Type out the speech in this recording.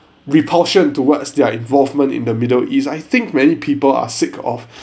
repulsion towards their involvement in the middle east I think many people are sick of